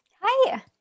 Hi